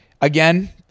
again